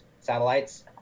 satellites